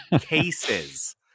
Cases